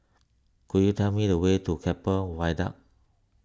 could you tell me the way to Keppel Viaduct